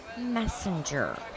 Messenger